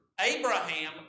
Abraham